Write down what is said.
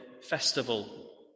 festival